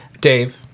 dave